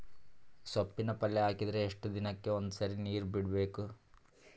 ಸೊಪ್ಪಿನ ಪಲ್ಯ ಹಾಕಿದರ ಎಷ್ಟು ದಿನಕ್ಕ ಒಂದ್ಸರಿ ನೀರು ಬಿಡಬೇಕು?